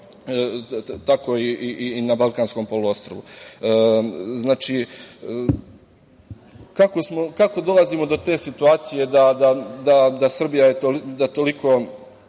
tako i na Balkanskom poluostrvu. Znači, kako dolazimo do te situacije da Srbija toliko